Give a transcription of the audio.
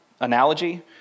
analogy